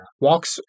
walks